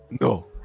No